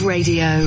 Radio